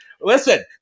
Listen